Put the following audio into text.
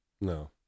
No